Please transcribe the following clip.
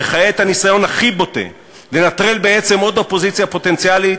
וכעת הניסיון הכי בוטה לנטרל בעצם עוד אופוזיציה פוטנציאלית,